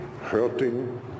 hurting